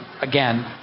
again